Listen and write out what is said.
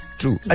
true